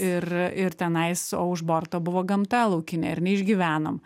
ir ir tenais o už borto buvo gamta laukinė ir neišgyvenom